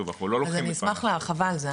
אז אני אשמח להרחבה על זה,